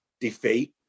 defeat